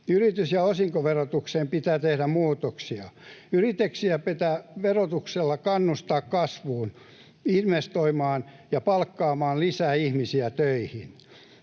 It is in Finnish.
Yritys- ja osinkoverotukseen pitää tehdä muutoksia. Yrityksiä pitää verotuksella kannustaa kasvuun, investoimaan ja palkkaamaan lisää ihmisiä töihin.